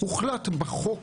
הוחלט בחוק,